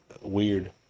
weird